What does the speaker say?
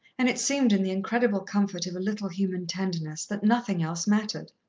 and it seemed, in the incredible comfort of a little human tenderness, that nothing else mattered.